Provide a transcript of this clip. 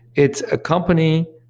it's a company,